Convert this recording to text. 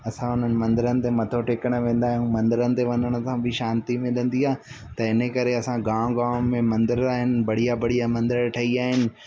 असां उन्हनि मंदिरनि ते मथो टेकण वेंदा आहियूं मंदिरनि ते वञण सां बि शांती मिलंदी आहे त इन करे असां गांव गांव में मंदिर आहिनि बढ़िया बढ़िया मंदिर ठही विया आहिनि